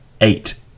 eight